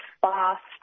fast